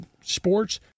sports